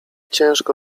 ciężko